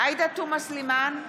עאידה תומא סלימאן,